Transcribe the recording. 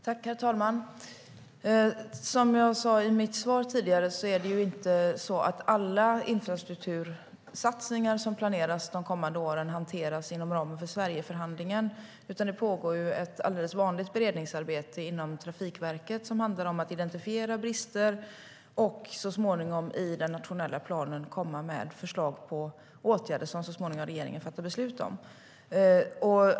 Herr talman! Precis som jag sa i mitt svar hanteras inte alla planerade infrastruktursatsningar de kommande åren inom ramen för Sverigeförhandlingen. Det pågår ett alldeles vanligt beredningsarbete inom Trafikverket som handlar om att identifiera brister och så småningom i den nationella planen lägga fram förslag på åtgärder som regeringen ska fatta beslut om.